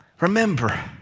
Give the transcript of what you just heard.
Remember